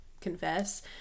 confess